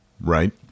Right